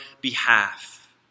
behalf